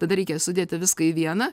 tada reikia sudėti viską į vieną